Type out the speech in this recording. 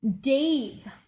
Dave